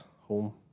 home